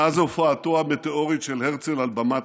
מאז הופעתו המטאורית של הרצל על במת